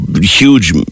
huge